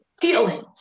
feeling